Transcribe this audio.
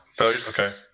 Okay